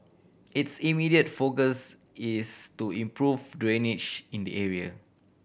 its immediate focus is to improve drainage in the area